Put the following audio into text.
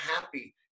happy